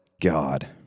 God